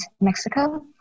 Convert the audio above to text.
Mexico